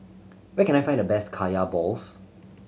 where can I find the best Kaya balls